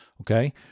Okay